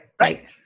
Right